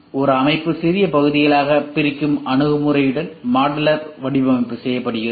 ஒரு அமைப்பை சிறிய பகுதிகளாகப் பிரிக்கும் அணுகுமுறையுடன் மாடுலர் வடிவமைப்பு செய்யப்படுகிறது